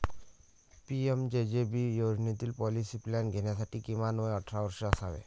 PMJJB योजनेतील policy plan घेण्यासाठी किमान वय अठरा वर्षे असावे